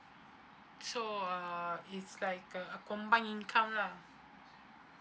so uh it's like uh a combined income lah